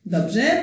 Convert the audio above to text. Dobrze